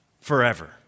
forever